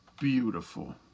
beautiful